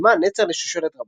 אמה נצר לשושלת רבנים,